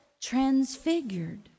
transfigured